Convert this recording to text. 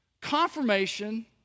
confirmation